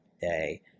day